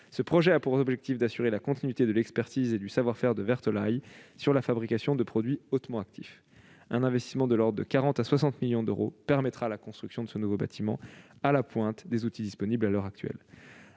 Ce projet a pour objectif d'assurer la continuité de l'expertise et du savoir-faire de Vertolaye sur la fabrication de produits hautement actifs. Un investissement de l'ordre de 40 à 60 millions d'euros permettra la construction de ce nouveau bâtiment, à la pointe des outils disponibles à l'heure actuelle.